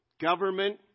government